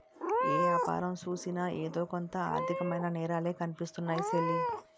ఏ యాపారం సూసినా ఎదో కొంత ఆర్దికమైన నేరాలే కనిపిస్తున్నాయ్ సెల్లీ